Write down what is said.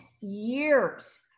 years